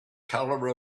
color